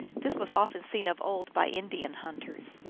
this was often seen of old by indian hunters.